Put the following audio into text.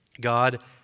God